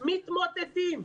אנחנו מתמוטטים.